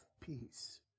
peace